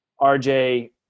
RJ